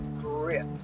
grip